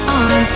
on